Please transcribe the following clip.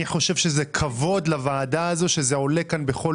אני חושב שזה כבוד לוועדה הזו שזה עולה כאן בכל